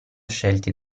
scelti